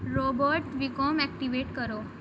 robot وی کوم activate کرو